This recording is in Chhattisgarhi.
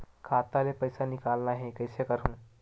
खाता ले पईसा निकालना हे, कइसे करहूं?